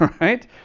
right